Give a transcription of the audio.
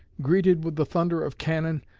greeted with the thunder of cannon,